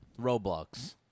Roblox